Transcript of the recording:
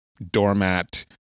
doormat